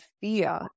fear